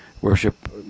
worship